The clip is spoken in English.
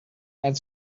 and